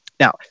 Now